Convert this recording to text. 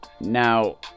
Now